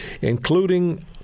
including